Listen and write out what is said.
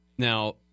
Now